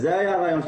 זה היה הרעיון.